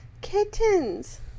Kittens